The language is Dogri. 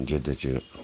जेह्दे च